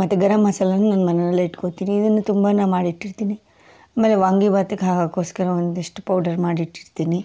ಮತ್ತು ಗರಮ್ ಮಸಾಲೆನು ನಾನು ಮನೆಯಲ್ಲೇ ಇಟ್ಕೋತೀನಿ ಇದನ್ನು ತುಂಬ ನಾನು ಮಾಡಿಟ್ಟಿರ್ತೀನಿ ಆಮೇಲೆ ವಾಂಗಿಬಾತ್ ಕಾ ಕೋಸ್ಕರ ಒಂದಿಷ್ಟು ಪೌಡರ್ ಮಾಡಿಟ್ಟಿರ್ತೀನಿ